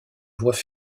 voies